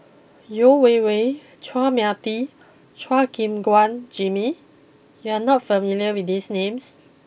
Yeo Wei Wei Chua Mia Tee Chua Gim Guan Jimmy you are not familiar with these names